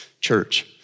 Church